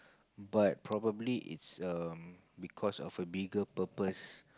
but probably it's um because of a bigger purpose